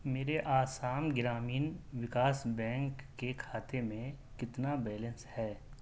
میرے آسام گرامین وکاس بینک کے کھاتے میں کتنا بیلنس ہے